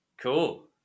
Cool